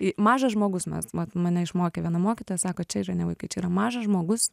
i mažas žmogus mes vat mane išmokė viena mokytoja sako čia yra ne vaikai čia yra mažas žmogus